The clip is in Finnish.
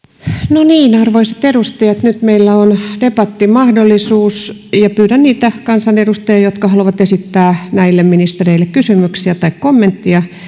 no niin arvoisat edustajat nyt meillä on debattimahdollisuus pyydän niitä kansanedustajia jotka haluavat esittää näille ministereille kysymyksiä tai kommenttia